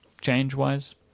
change-wise